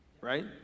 Right